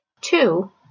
Two